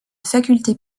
faculté